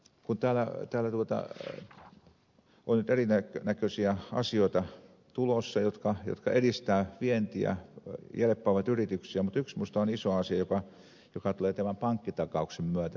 kun täällä on nyt erinäköisiä asioita tulossa jotka edistävät vientiä jelppaavat yrityksiä niin yksi minusta on iso asia joka tulee tämän pankkitakauksen myötä sitten